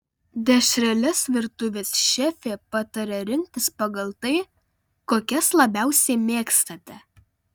dešreles virtuvės šefė pataria rinktis pagal tai kokias labiausiai mėgstate